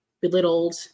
belittled